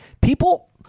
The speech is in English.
People